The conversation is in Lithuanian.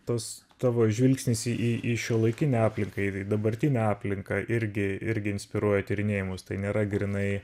tas tavo žvilgsnis į į į šiuolaikinę aplinką ir į dabartinę aplinką irgi irgi inspiruoja tyrinėjimus tai nėra grynai